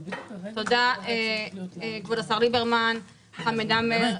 תודה, כבוד השר ליברמן, חמד עמאר.